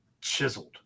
chiseled